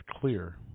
clear